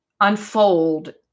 unfold